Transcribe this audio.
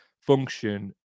function